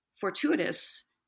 fortuitous